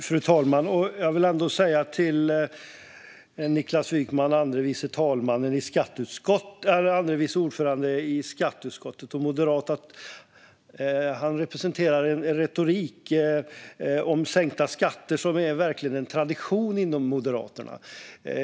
Fru talman! Till Niklas Wykman, andre vice ordförande i skatteutskottet och moderat, vill jag säga att han representerar en retorik om sänkta skatter som verkligen är en tradition inom Moderaterna.